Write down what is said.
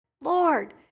Lord